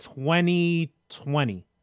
2020